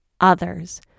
others